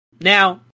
Now